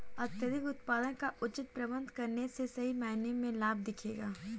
अत्यधिक उत्पादन का उचित प्रबंधन करने से सही मायने में लाभ दिखेगा